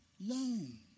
loan